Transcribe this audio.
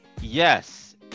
Yes